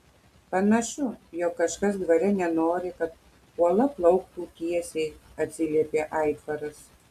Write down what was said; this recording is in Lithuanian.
panašu jog kažkas dvare nenori kad uola plauktų tiesiai atsiliepė aitvaras